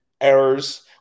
errors